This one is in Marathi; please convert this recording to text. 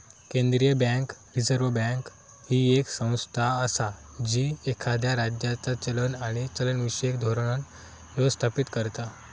केंद्रीय बँक, रिझर्व्ह बँक, ही येक संस्था असा जी एखाद्या राज्याचा चलन आणि चलनविषयक धोरण व्यवस्थापित करता